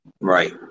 Right